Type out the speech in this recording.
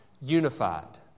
Unified